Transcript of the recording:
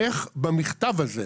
תומך במכתב הזה.